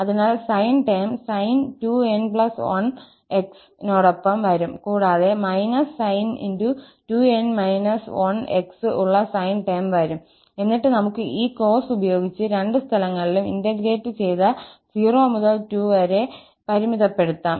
അതിനാൽ sine term sin2𝑛1𝑥 നോടൊപ്പം വരും കൂടാതെ −sin2𝑛−1𝑥 ഉള്ള സൈൻ ടേം വരും എന്നിട്ട് നമുക്ക് ഈ കോസ് ഉപയോഗിച്ച് രണ്ട് സ്ഥലങ്ങളിലും ഇന്റഗ്രേറ്റ് ചെയ്ത 0 മുതൽ to വരെ പരിമിതപ്പെടുത്താം